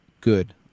good